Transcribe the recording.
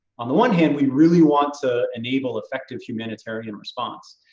on the one hand, we really want to enable effective humanitarian response.